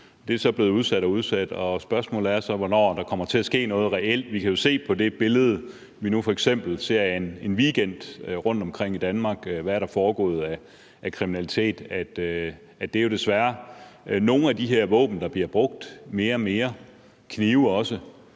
det er så blevet udsat og udsat, og spørgsmålet er så, hvornår der kommer til at ske noget reelt. Vi kan jo se på det billede, vi nu f.eks. ser af en weekend rundtomkring i Danmark, i forhold til hvad der er foregået af kriminalitet, at det desværre er nogle af de her våben, der bliver brugt mere og mere, knive også,